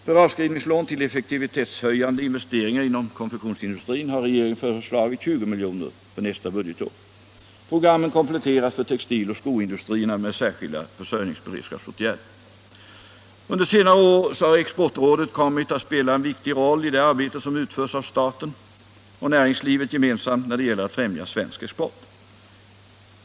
För avskrivningslån till effektivitetshöjande investeringar inom konfektionsindustrin har regeringen föreslagit 20 milj.kr. för nästa budgetår. Programmen kompletteras för textiloch skoindustrierna med särskilda försörjningsberedskapsåtgärder. Under senare år har Exportrådet kommit att spela en viktig roll i det arbete som utförs av staten och näringslivet gemensamt när det gäller att främja svensk export.